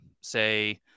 say